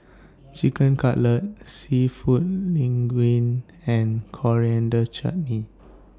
Chicken Cutlet Seafood Linguine and Coriander Chutney